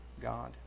God